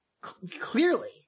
Clearly